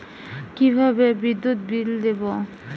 কিভাবে বিদ্যুৎ বিল দেবো?